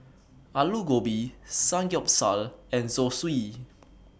Alu Gobi Samgyeopsal and Zosui